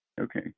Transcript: Okay